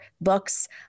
books